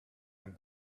and